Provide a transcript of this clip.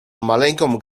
maleńką